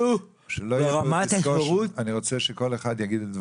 אני רוצה שכל אחד יגיד את דברו,